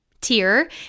tier